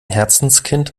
herzenskind